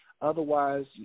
Otherwise